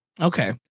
Okay